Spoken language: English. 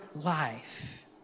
life